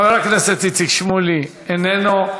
חבר הכנסת איציק שמולי, אינו נוכח.